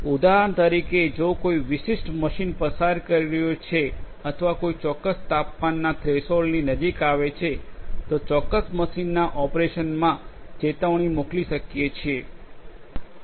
ઉદાહરણ તરીકે જો કોઈ વિશિષ્ટ મશીન પસાર કરી રહ્યું છે અથવા કોઈ ચોક્કસ તાપમાનના થ્રેશોલ્ડની નજીક આવે છે તો ચોક્કસ મશીનના ઓપરેશનમાં ચેતવણી મોકલી શકિએ છીએ